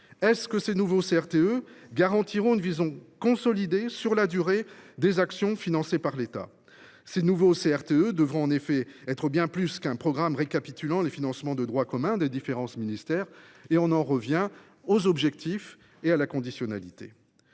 Ces nouveaux CRTE garantiront ils une vision consolidée sur la durée des actions financées par l’État ? Ils devront en effet être bien davantage qu’un programme récapitulant les financements de droit commun des différents ministères ; on en revient aux objectifs et à la conditionnalité.